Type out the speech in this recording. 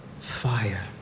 fire